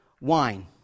wine